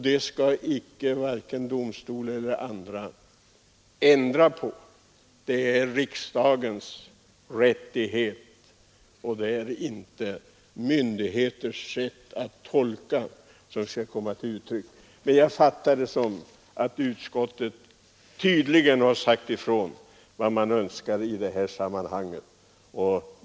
Det skall varken domstolar eller andra kunna ändra på. Det är en riksdagens rättighet. Det är inte myndigheternas sätt att tolka grundlagen som skall komma till uttryck. Jag fattar det som om utskottet tydligt sagt vad det önskar i detta sammanhang.